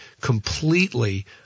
completely